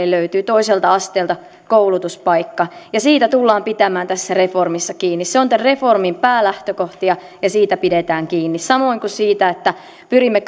löytyy toiselta asteelta koulutuspaikka ja siitä tullaan pitämään tässä reformissa kiinni se on tämän reformin päälähtökohtia ja siitä pidetään kiinni samoin kuin siitä että pyrimme